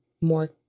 more